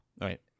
right